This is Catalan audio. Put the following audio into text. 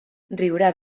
riurà